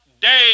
day